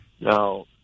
Now